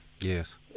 Yes